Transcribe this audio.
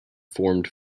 formed